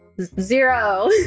Zero